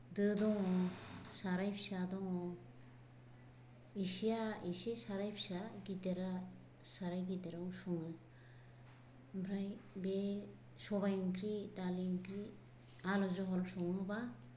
दो दङ साराय फिसा दङ इसेया इसे साराय फिसा गिदिरा साराय गिदिराव सङो ओमफ्राय बे सबाय ओंख्रि दालि ओंख्रि आलु झल सङोबा